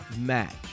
match